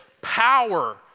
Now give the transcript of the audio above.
power